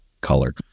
color